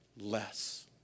less